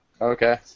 Okay